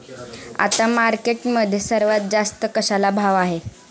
आता मार्केटमध्ये सर्वात जास्त कशाला भाव आहे?